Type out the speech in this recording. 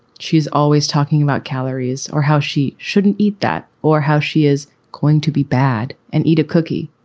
she's always talking about calories or how she shouldn't eat that or how she is going to be bad and eat a cookie,